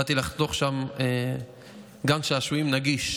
באתי לחנוך שם גן שעשועים נגיש